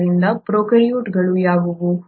ಆದ್ದರಿಂದ ಪ್ರೊಕಾರ್ಯೋಟ್ಗಳು ಯಾವುವು